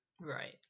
Right